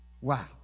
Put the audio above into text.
Wow